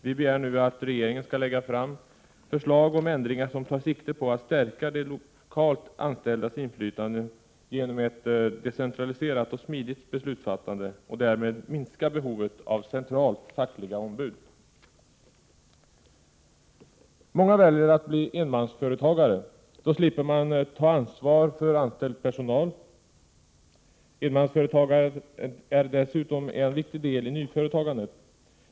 Vi begär nu att regeringen skall lägga fram förslag om ändringar som tar sikte på att stärka de lokalt anställdas inflytande genom ett decentraliserat och smidigt beslutsfattande och därmed minska behovet av centrala fackliga ombud. Många väljer att bli enmansföretagare. Då slipper de ta ansvar för anställd personal. Enmansföretagandet är dessutom en viktig del i nyföretagandet.